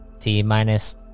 t-minus